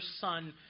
Son